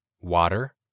Water